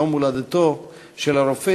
יום הולדתו של הרופא